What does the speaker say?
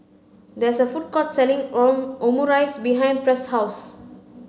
there is a food court selling Omurice behind Press' house